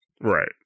Right